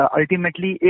ultimately